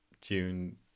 June